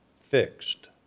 fixed